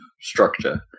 structure